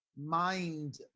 mind